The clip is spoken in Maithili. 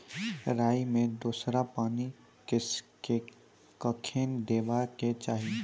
राई मे दोसर पानी कखेन देबा के चाहि?